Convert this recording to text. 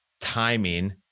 timing